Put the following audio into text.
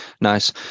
nice